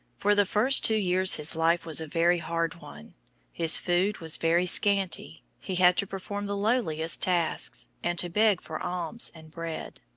for the first two years his life was a very hard one his food was very scanty, he had to perform the lowliest tasks, and to beg for alms and bread.